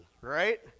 right